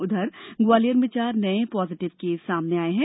उधर ग्वालियर में चार नये पॉजीटिव केस सामने आये हैं